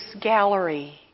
gallery